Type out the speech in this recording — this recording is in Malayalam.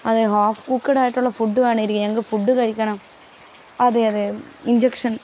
അത് ഹാഫ് കൂക്ഡ് ആയിട്ടുള്ള ഫുഡ് അന്നേ ഇരിക്കുന്നത് ഞങ്ങൾക്ക് ഫുഡ് കഴിക്കണം അതെ അതെ ഇൻജെക്ഷൻ